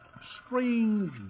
strange